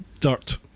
dirt